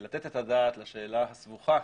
לתת את הדעת לשאלה הסבוכה